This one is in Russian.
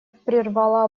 прервала